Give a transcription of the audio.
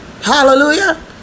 Hallelujah